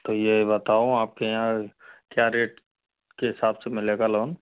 तो ये बताओ आपके यहाँ क्या रेट के हिसाब से मिलेगा लोन